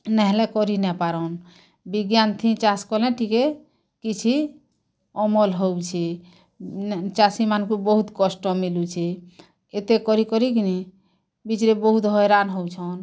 ନାଇଁ ହେଲେ କରି ନାଇଁ ପାରନ୍ ବିଜ୍ଞାନ୍ ଥି ଚାଷ୍ କଲେ ଟିକେ କିଛି ଅମଲ୍ ହଉଛି ଚାଷୀ ମାନଙ୍କୁ ବହୁତ କଷ୍ଟ ମିଲୁଛି ଏତେ କରି କରି କିନି ବିଚାର୍ ବହୁତ ହଇରାନ୍ ହଉଛନ୍